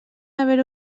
haver